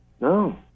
No